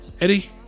eddie